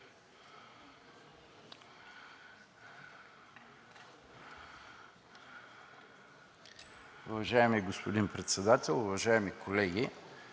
Уважаеми господин Председател, уважаеми колеги!